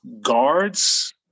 guards